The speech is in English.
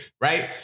Right